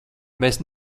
mēs